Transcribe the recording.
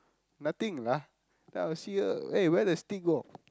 nothing lah then I'll see her eh where the stick go